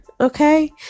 Okay